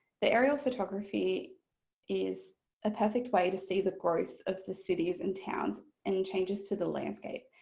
the aerial photography is a perfect way to see the growth of the cities and towns and changes to the landscape.